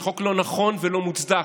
זה חוק לא נכון ולא מוצדק,